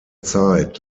zeit